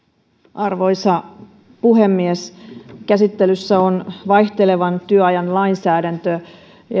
arvoisa puhemies käsittelyssä on vaihtelevan työajan lainsäädäntö